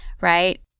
right